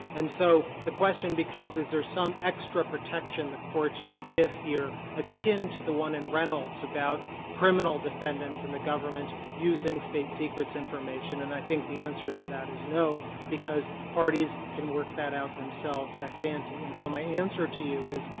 and, so, the question becomes, is there some extra protection the courts should give here akin to the one in reynolds about criminal defendants in the government using state secrets information? and i think the answer to that is no, because parties can work that out themselves ex ante. and, so, my answer to you is,